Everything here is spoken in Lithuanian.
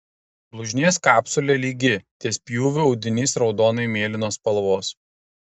blužnies kapsulė lygi ties pjūviu audinys raudonai mėlynos spalvos